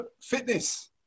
fitness